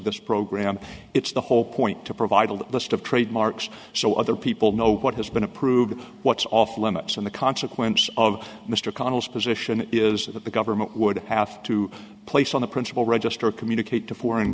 this program it's the whole point to provide a list of trademarks so other people know what has been approved what's off limits and the consequence of mr connell's position is that the government would have to place on the principle register communicate to foreign